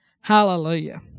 Hallelujah